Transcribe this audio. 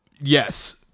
Yes